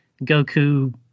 Goku